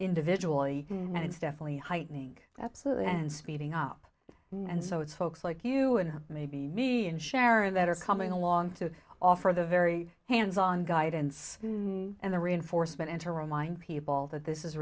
individually and it's definitely heightening absolutely and speeding up and so it's folks like you and maybe me and sharon that are coming along to offer the very hands on guidance and the reinforcement and her remind people that this is